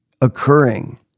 occurring